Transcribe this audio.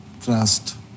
trust